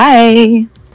Bye